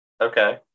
okay